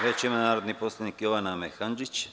Reč ima narodni poslanik Jovana Mehandžić.